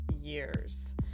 years